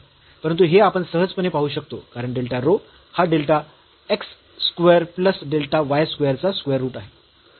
परंतु हे आपण सहजपणे पाहू शकतो कारण डेल्टा रो हा delta x square plus delta y square चा स्क्वेअर रूट आहे